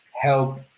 help